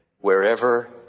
wherever